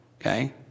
okay